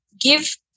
give